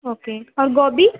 okay اور گوبھی